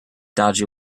dodgy